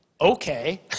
Okay